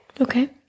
Okay